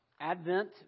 Advent